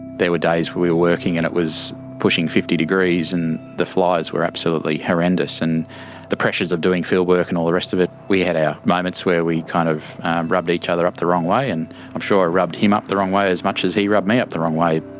there were days we were working and it was pushing fifty degrees and the flies were absolutely horrendous and the pressures of doing field work and all the rest of it, we had our moments where we kind of rubbed each other up the wrong way and i'm sure i rubbed him up the wrong way as much as he rubbed me up the wrong way.